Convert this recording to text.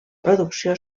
producció